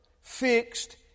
fixed